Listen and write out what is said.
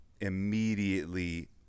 immediately